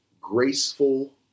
graceful